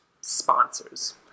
sponsors